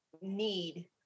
need